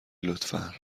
لطفا